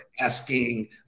asking